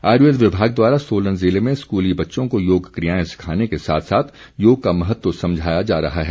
आयुर्वेद विभाग द्वारा सोलन ज़िले में स्कूली बच्चों को योग क्रियाएं सिखाने के साथ साथ योग का महत्व समझाया जा रहा है